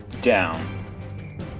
Down